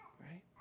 right